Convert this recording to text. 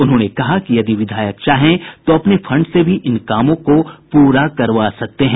उन्होंने कहा कि यदि विधायक चाहे तो अपने फंड से भी इन कामों को पूरा करवा सकते हैं